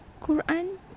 Quran